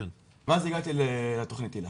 ואז הגעתי לתוכנית היל"ה.